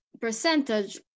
percentage